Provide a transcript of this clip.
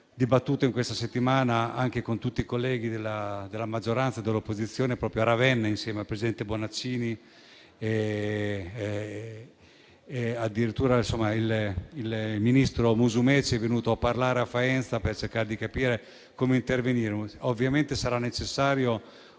questo tema questa settimana anche con tutti i colleghi della maggioranza e dell'opposizione proprio a Ravenna, insieme al presidente della Regione Bonaccini e addirittura il ministro Musumeci è venuto a parlare a Faenza per cercare di capire come intervenire. Ovviamente in questo